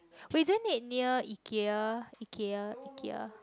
wait isn't it near Ikea Ikea Ikea